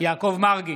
יעקב מרגי,